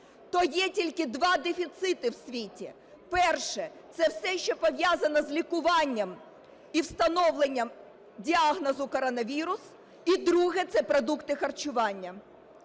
то є тільки два дефіцити в світі: перше – це все, що пов'язано з лікуванням і встановленням діагнозу коронавірус, і друге – це продукти харчування.